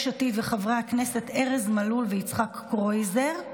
עתיד וחברי הכנסת ארז מלול ויצחק קרויזר,